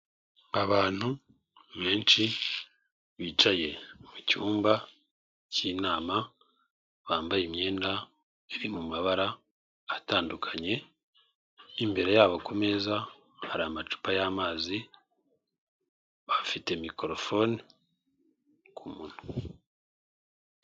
Abantu benshi bicaye mu cyumba cy'inama, bambaye imyenda iri mu mabara atandukanye, imbere yabo ku meza hari amacupa y'amazi, bafite mikorofone ku munwa.